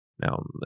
Now